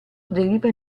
deriva